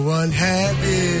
unhappy